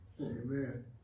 Amen